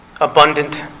abundant